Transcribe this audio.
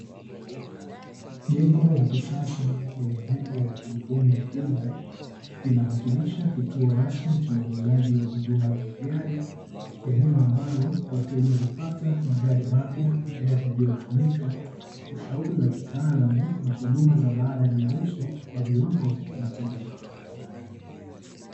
Jengo la kisasa lenye nembo ya kampuni ya Hyundai linawakilisha kituo rasmi cha uuzaji wa huduma za magari eneo ambalo wateja hupata magari mapya, magari yaliyotumika, ushauri wa kitaalamu na huduma za baada ya mauzo kwa viwango vya kimataifa.